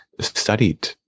studied